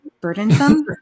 burdensome